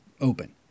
open